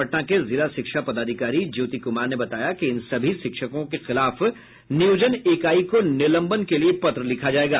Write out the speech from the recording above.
पटना के जिला शिक्षा पदाधिकारी ज्योति कुमार ने बताया कि इन सभी शिक्षकों के खिलाफ नियोजन इकाई को निलंबन के लिए पत्र लिखा जायेगा